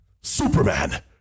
Superman